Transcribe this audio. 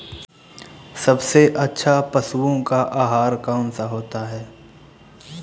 सबसे अच्छा पशुओं का आहार कौन सा होता है?